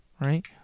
Right